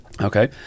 okay